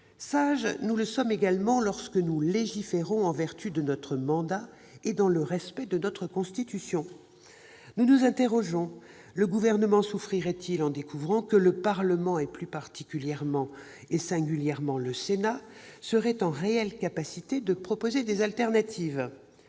Sages, nous le sommes également lorsque nous légiférons en vertu de notre mandat et dans le respect de notre Constitution. Nous nous interrogeons : le Gouvernement souffrirait-il en découvrant que le Parlement, et singulièrement le Sénat, est réellement en mesure de proposer des solutions alternatives ?